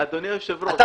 היושב-ראש,